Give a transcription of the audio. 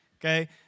Okay